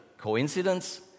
Coincidence